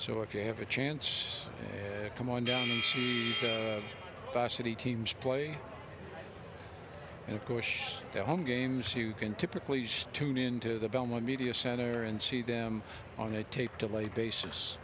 so if you have a chance and come on down the city teams play and of course their home games you can typically tune into the belmont media center and see them on a tape delay basis